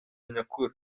nyakuri